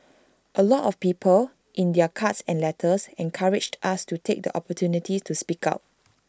A lot of people in their cards and letters encouraged us to take the opportunity to speak out